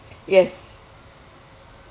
yes